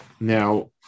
Now